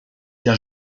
bien